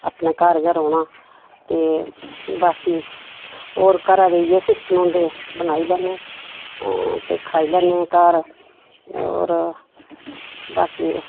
अपने घर गै रौह्ना ते बाकी होर घरा दे इ'यै सिस्टम होंदे बनाई लैने ते खाई लैने घर होर बाकी